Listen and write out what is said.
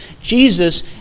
Jesus